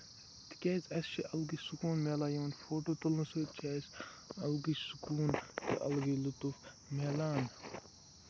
تِکیازِ اَسہِ چھُ اَلگٕے سکوٗن مِلان یِمن فوٹو تُلنہٕ سۭتۍ چھُ اَسہِ اَلگٕے سکوٗن اَلگٕے لُظُف مِلان